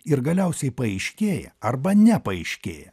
ir galiausiai paaiškėja arba nepaaiškėja